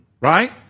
right